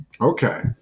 Okay